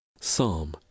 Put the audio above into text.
Psalm